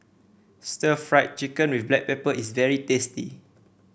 Stir Fried Chicken with Black Pepper is very tasty